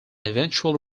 eventually